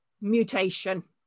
mutation